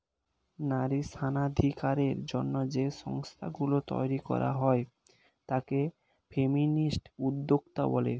নারী সমানাধিকারের জন্য যে সংস্থা গুলো তৈরী করা হয় তাকে ফেমিনিস্ট উদ্যোক্তা বলে